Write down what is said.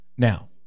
Now